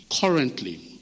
currently